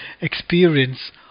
experience